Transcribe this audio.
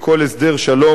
בכל הסדר שלום,